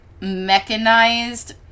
mechanized